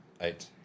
Eight